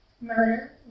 murder